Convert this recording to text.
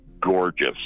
gorgeous